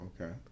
okay